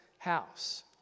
house